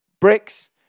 bricks